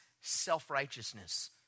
self-righteousness